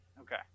Okay